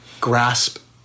grasp